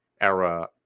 era